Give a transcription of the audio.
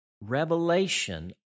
Revelation